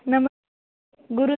नम गुरु